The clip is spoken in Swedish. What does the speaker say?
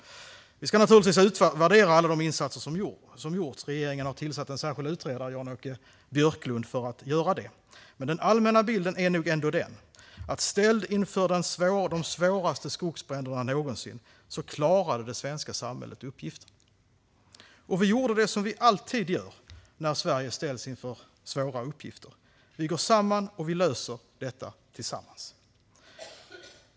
Vi ska naturligtvis utvärdera alla de insatser som gjorts. Regeringen har tillsatt en särskild utredare, Jan-Åke Björklund, för att göra det. Men den allmänna bilden är nog ändå den att ställt inför de svåraste skogsbränderna någonsin klarade det svenska samhället uppgiften. Vi gjorde det som vi alltid gör när Sverige ställs inför svåra uppgifter: Vi gick samman, och vi löste detta tillsammans.